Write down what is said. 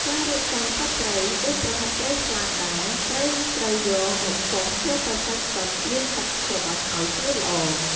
ការរៀបចំសាច់ត្រី ដូចប្រហិតត្រីស្លាតដែរ ត្រីត្រូវយកមកកោសយកតែសាច់សុទ្ធ លាងទឹកច្របាច់ឱ្យស្ងួតល្អ។